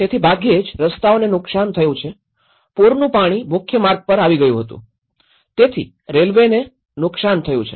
તેથી ભાગ્યે જ રસ્તાઓને નુકસાન થયું છે પૂરનું પાણી મુખ્ય માર્ગ પર આવી ગયું હતું તેથી રેલ્વેને નુકસાન થયું છે